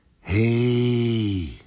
hey